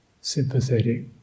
sympathetic